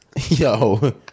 Yo